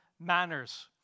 Manners